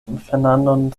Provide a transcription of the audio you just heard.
fernandon